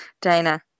Dana